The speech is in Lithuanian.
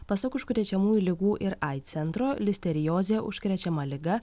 pasak užkrečiamųjų ligų ir aids centro listeriozė užkrečiama liga